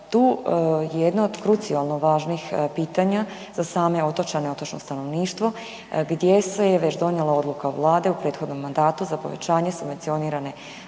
Tu jedno od krucijalno važnih pitanja za same otočane i otočno stanovništvo gdje se je već donijela odluka Vlade u prethodnom mandatu za povećanje subvencionirane